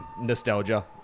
nostalgia